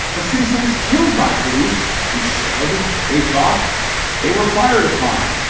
a citizen was killed by police who said they thought they were fired upon.